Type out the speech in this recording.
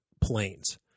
planes